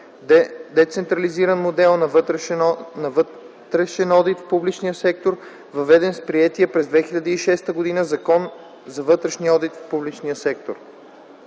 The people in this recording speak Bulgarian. децентрализиран модел на вътрешен одит в публичния сектор, въведен с приетия през 2006 г. Закон за вътрешния одит в публичния сектор.